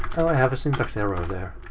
i have a syntax error there!